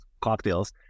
cocktails